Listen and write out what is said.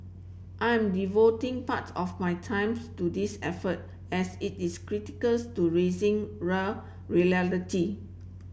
I am devoting part of my times to this effort as it is critical to raising rail reality